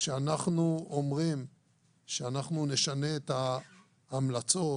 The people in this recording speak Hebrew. כשאנחנו אומרים שאנחנו נשנה את ההמלצות,